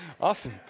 Awesome